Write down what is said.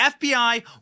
FBI